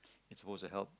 it's supposed to help